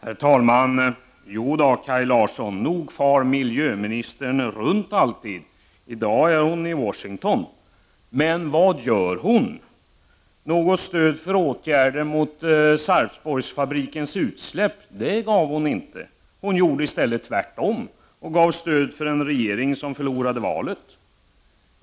Herr talman! Jo då, Kaj Larsson, nog far miljöministern runt alltid. I dag är hon i Washington. Men vad gör hon? Något stöd för åtgärder mot Sarpsborgsfabrikens utsläpp gav hon inte. Hon gjorde i stället tvärtom och gav stöd åt en regering som förlorade valet.